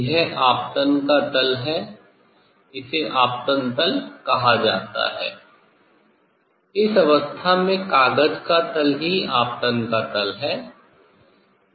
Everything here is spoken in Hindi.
यह आपतन का तल है इसे आपतन तल कहा जाता है इस अवस्था में कागज का तल ही आपतन का तल है